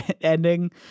ending